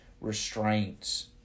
restraints